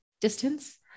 distance